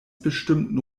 bestimmten